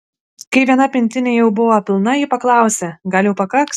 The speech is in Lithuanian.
kai viena pintinė jau buvo pilna ji paklausė gal jau pakaks